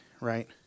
right